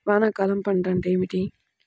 వానాకాలం పంట అంటే ఏమిటి?